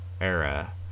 era